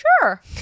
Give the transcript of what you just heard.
sure